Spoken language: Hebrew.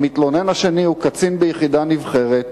והמתלונן השני הוא קצין ביחידה מובחרת,